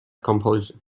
compulsion